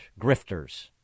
grifters